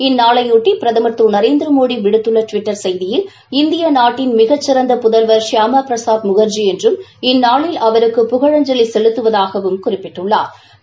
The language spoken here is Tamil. இந்நாளையொட்டி பிரதமர் விடுத்துள்ள டுவிட்டர் செய்தியில் இந்திய நாட்டின் மிகச்சிறந்த புதல்வர் ஷியாம பிரசாத் முக்ஜி என்றும் இந்நாளில் அவருக்கு புகழஞ்சலி செலுத்துவதாகவும் குறிப்பிட்டுள்ளாா்